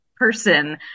person